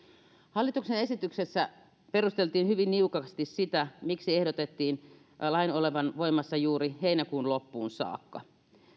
hallituksen esityksessä perusteltiin hyvin niukasti sitä miksi ehdotettiin lain olevan voimassa juuri heinäkuun loppuun saakka